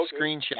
screenshot